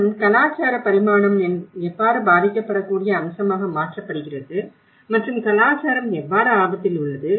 மேலும் கலாச்சார பரிமாணம் எவ்வாறு பாதிக்கப்படக்கூடிய அம்சமாக மாற்றப்படுகிறது மற்றும் கலாச்சாரம் எவ்வாறு ஆபத்தில் உள்ளது